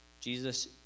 Jesus